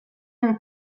non